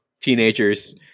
teenagers